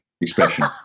expression